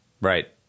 right